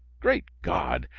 great god!